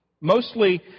mostly